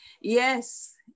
Yes